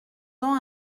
temps